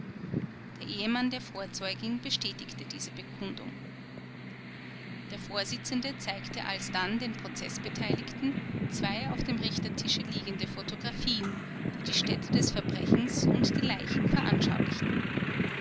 der ehemann der vorzeugin bestätigte diese bekundung der vorsitzende zeigte alsdann den prozeßbeteiligten zwei auf dem richertische liegende photographien die die stätte des verbrechens und die leichen veranschaulichten